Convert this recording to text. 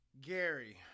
Gary